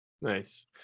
Nice